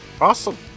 Awesome